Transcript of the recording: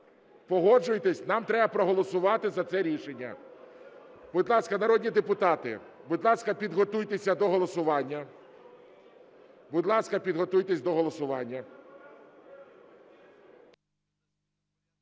Погоджуєтеся? Нам треба проголосувати за це рішення. Будь ласка, народні депутати, будь ласка, підготуйтеся до голосування. Будь ласка, підготуйтеся до голосування.